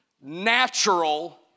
natural